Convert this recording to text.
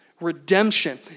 Redemption